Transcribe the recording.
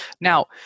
Now